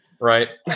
right